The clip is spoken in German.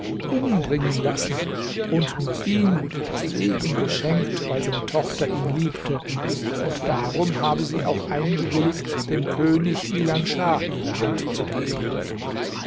umbringen lassen und nur ihm das leben geschenkt weil seine tochter ihn liebte und darum habe sie auch eingewilligt dem könig ilan schah ihre hand zu geben